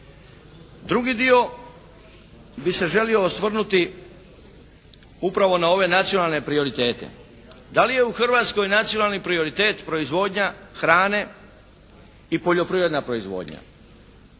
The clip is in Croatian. Drugi dio bi se želio osvrnuti upravo na ove nacionalne prioritete. Da li je u Hrvatskoj nacionalni prioritet proizvodnja hrane i poljoprivredna proizvodnja?